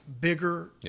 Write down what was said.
bigger